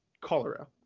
cholera